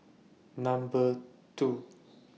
Number two